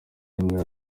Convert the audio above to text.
n’imwe